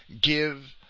give